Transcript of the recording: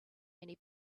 many